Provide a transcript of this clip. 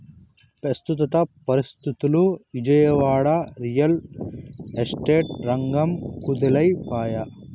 పెస్తుత పరిస్తితుల్ల Vijayawada, real estate రంగం కుదేలై పాయె